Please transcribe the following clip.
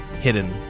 hidden